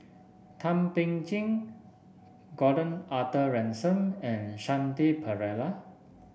Thum Ping Tjin Gordon Arthur Ransome and Shanti Pereira